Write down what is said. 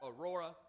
Aurora